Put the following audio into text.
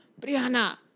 Brianna